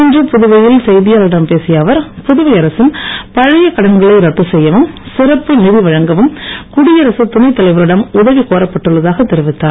இன்று புதுவையில் செய்தியாளர்களிடம் பேசிய அவர் புதுவை அரசின் பழைய கடன்களை ரத்து செய்யவும் சிறப்பு நிதி வழங்கவும் குடியரசுத் துணைத் தலைவரிடம் உதவி கோரப்பட்டு உள்ளதாக தெரிவித்தார்